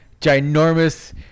ginormous